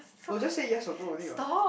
no just say yes or no only what